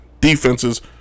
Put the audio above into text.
defenses